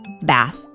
bath